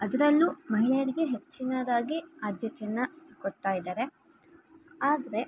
ಅದರಲ್ಲೂ ಮಹಿಳೆಯರಿಗೆ ಹೆಚ್ಚಿನದಾಗಿ ಆದ್ಯತೆನ್ನು ಕೊಡ್ತಾ ಇದ್ದಾರೆ ಆದರೆ